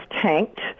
tanked